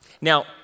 Now